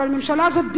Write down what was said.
אבל הממשלה הזאת,